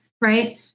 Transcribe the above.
right